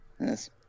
Yes